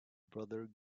brother